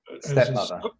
Stepmother